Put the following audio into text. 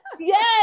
Yes